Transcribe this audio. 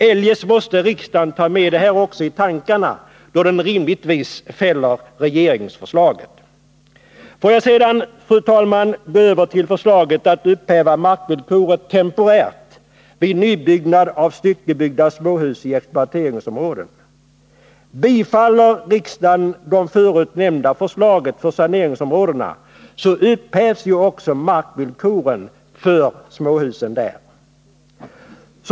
Eljest måste riksdagen ha detta i åtanke när den rimligtvis fäller regeringsförslaget. Låt mig sedan, fru talman, övergå till förslaget om att upphäva markvillkoret temporärt vid nybyggnad av styckebyggda småhus i exploateringsområden. Bifaller riksdagen det förut nämnda förslaget för saneringsområdena, så upphävs ju också markvillkoret för småhusen där.